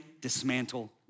dismantle